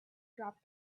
drop